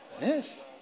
Yes